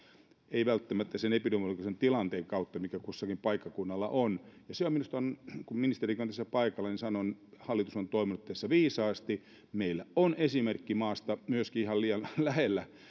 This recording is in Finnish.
ei välttämättä sen epidemiologisen tilanteen kautta mikä kullakin paikkakunnalla on ja silloin minusta on kun ministerikin on tässä paikalla niin sanon hallitus toiminut tässä viisaasti meillä on myöskin esimerkki maasta ihan liian lähellä